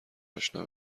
اشنا